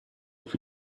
für